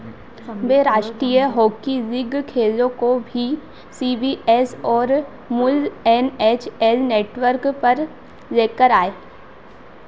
वे राष्ट्रीय hockey league खेलों को भी सी बी एस और मूल एन एच एल नेटवर्क पर लेकर आए